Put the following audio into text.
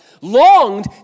longed